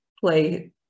play